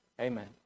Amen